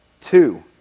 Two